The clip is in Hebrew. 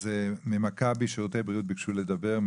ממכבי שירותי בריאות ביקשו לדבר.